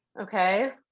Okay